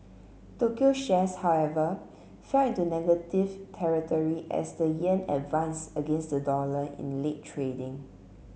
Tokyo shares however fell into negative territory as the yen advance against the dollar in late trading